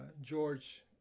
George